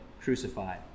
crucified